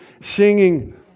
singing